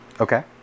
Okay